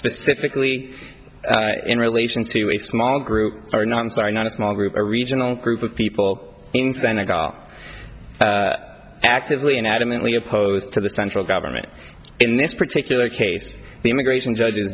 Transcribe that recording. specifically in relation to a small group or not it's not a small group or regional group of people in senegal actively in adamantly opposed to the central government in this particular case the immigration judg